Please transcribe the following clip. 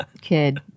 kid